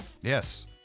Yes